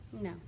No